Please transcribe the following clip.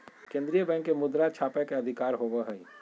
केन्द्रीय बैंक के मुद्रा छापय के अधिकार होवो हइ